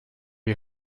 you